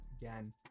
Again